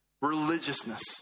religiousness